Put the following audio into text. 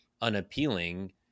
unappealing